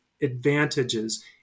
advantages